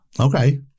okay